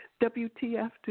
WTF